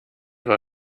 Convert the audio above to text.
war